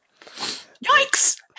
Yikes